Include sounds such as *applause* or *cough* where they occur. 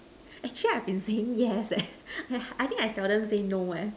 actually I've been saying yes eh *noise* I think I seldom say no eh